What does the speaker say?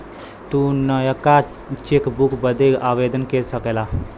तू नयका चेकबुक बदे आवेदन दे सकेला